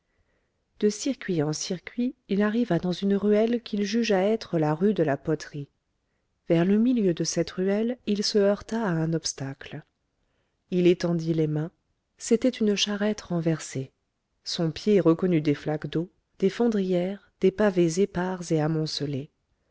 de circuit en circuit il arriva dans une ruelle qu'il jugea être la rue de la poterie vers le milieu de cette ruelle il se heurta à un obstacle il étendit les mains c'était une charrette renversée son pied reconnut des flaques d'eau des fondrières des pavés épars et amoncelés